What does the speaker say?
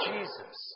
Jesus